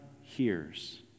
hears